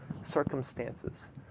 circumstances